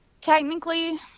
Technically